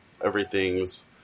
everythings